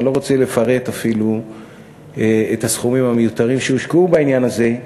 אני לא רוצה לפרט אפילו את הסכומים המיותרים שהושקעו בעניין הזה.